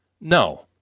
No